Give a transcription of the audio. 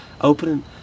opening